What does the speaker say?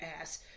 ass